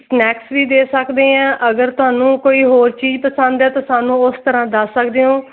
snacks ਵੀ ਦੇ ਸਕਦੇ ਹਾਂ ਅਗਰ ਤੁਹਾਨੂੰ ਕੋਈ ਹੋਰ ਚੀਜ਼ ਪਸੰਦ ਹੈ ਤਾਂ ਸਾਨੂੰ ਉਸ ਤਰ੍ਹਾਂ ਦੱਸ ਸਕਦੇ ਹੋ